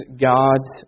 God's